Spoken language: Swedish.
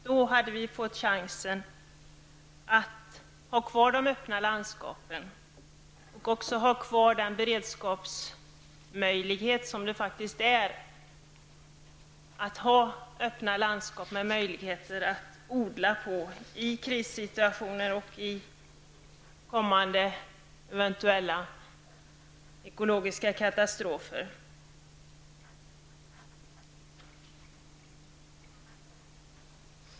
Då hade vi fått chansen att ha kvar det öppna landskapet och också ha kvar den beredskap som det faktiskt är att ha öppna landskap med ordningsmöjligheter i krissituationer och vid eventuella kommande ekologiska katastrofer.